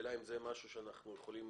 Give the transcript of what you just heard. השאלה אם זה משהו שאנחנו יכולים